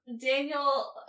Daniel